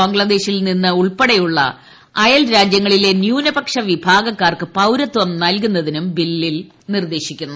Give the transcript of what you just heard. ബംഗ്ലാദേശിൽ നിന്ന് ഉൾപ്പെടെയുള്ള അയൽ രാജ്യങ്ങളിലെ ന്യൂനപക്ഷ വിഭാഗക്കാർക്ക് പൌരത്വം നൽകുന്നതിനും ബിൽ നിർദ്ദേശിക്കുന്നു